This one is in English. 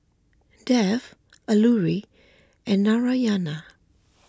Dev Alluri and Narayana